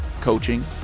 coaching